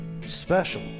special